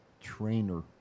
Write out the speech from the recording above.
trainer